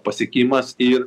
pasiekimas ir